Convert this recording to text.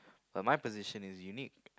uh my position is unique